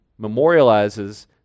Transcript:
memorializes